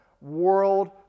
world